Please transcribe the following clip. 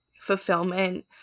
fulfillment